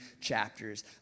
chapters